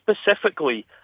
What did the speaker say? specifically